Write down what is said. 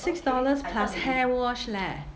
six dollars plus hair wash leh